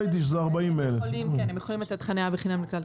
ראיתי שזה 40,000. הם יכולים לתת חניה בחינם לכלל התושבים.